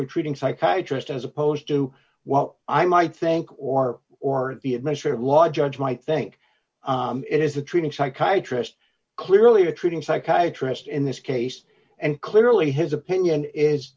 to treating psychiatry just as opposed to well i might think war or the administrative law judge might think it is the training psychiatry just clearly the treating psychiatrist in this case and clearly his opinion is